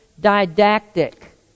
didactic